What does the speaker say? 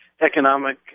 economic